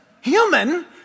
human